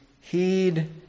heed